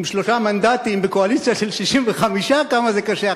עם שלושה מנדטים בקואליציה של 65 כמה זה קשה,